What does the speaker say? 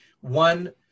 one